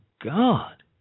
God